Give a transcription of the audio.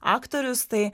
aktorius tai